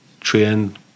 train